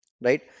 right